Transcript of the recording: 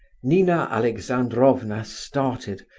nina alexandrovna started,